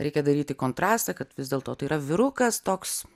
reikia daryti kontrastą kad vis dėlto tai yra vyrukas toks